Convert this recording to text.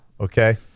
okay